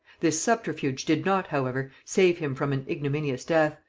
this subterfuge did not, however, save him from an ignominious death,